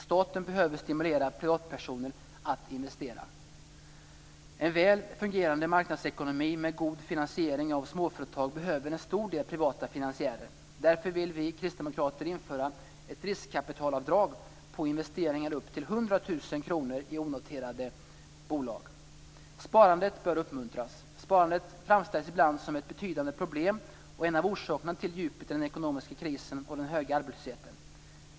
Staten behöver stimulera privatpersoner att investera. En väl fungerande marknadsekonomi med god finansiering av småföretag behöver en stor andel privata finansiärer. Därför vill vi kristdemokrater införa ett riskkapitalavdrag på investeringar upp till Sparandet bör uppmuntras. Sparande framställs ibland som ett betydande problem och en av orsakerna till djupet i den ekonomiska krisen och den höga arbetslösheten.